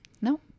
no